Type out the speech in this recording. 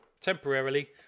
temporarily